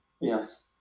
Yes